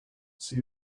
see